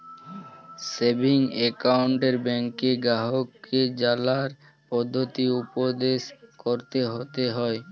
savings account ব্যাংকে গ্রাহককে জালার পদ্ধতি উপদেট ক্যরতে হ্যয়